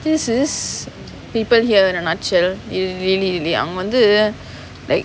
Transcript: this is people here in a nutshell is really really அவங்க வந்து:avanga vanthu like